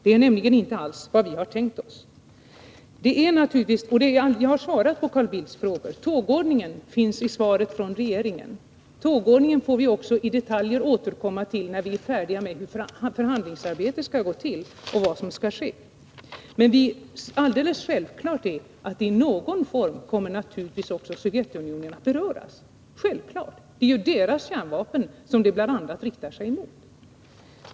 Det är nämligen inte alls vad vi har tänkt oss. Jag har svarat på Carl Bildts frågor. Tågordningen finns i svaret från regeringen, och den får vi också återkomma till i detalj när vi är färdiga beträffande hur förhandlingsarbetet skall gå till och vad som skall ske. Men helt självklart är att också Sovjetunionen på något sätt kommer att beröras. Det är ju bl.a. sovjetiska kärnvapen som en kärnvapenfri zon riktar sig mot.